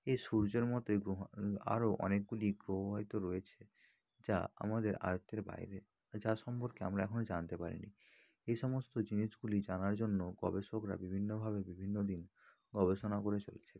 এই সূর্যের মতোই গ্রহ আরো অনেকগুলি গ্রহ হয়তো রয়েছে যা আমাদের আয়ত্তের বাইরে যার সম্পর্কে আমরা এখনো জানতে পারিনি এই সমস্ত জিনিসগুলি জানার জন্য গবেষকরা বিভিন্নভাবে বিভিন্ন দিন গবেষণা করে চলছে